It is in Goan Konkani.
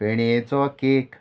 पेणयेचो केक